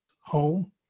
home